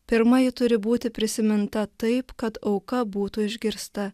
pirma ji turi būti prisiminta taip kad auka būtų išgirsta